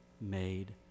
made